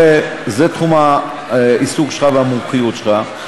הרי זה תחום העיסוק שלך והמומחיות שלך,